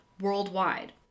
worldwide